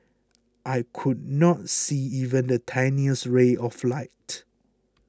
I could not see even the tiniest ray of light